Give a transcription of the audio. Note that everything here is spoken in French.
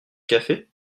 café